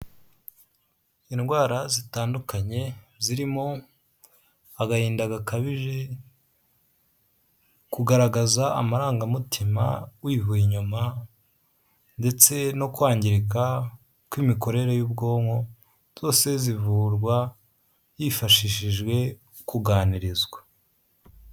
Indwara zitandukanye zirimo agahinda gakabije, kugaragaza amarangamutima wivuye inyuma, ndetse no kwangirika kw'imikorere y'ubwonko, zose zivurwa hifashishijwe kuganirizwa.